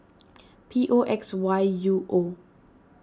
P O X Y U O